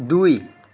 দুই